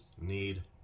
need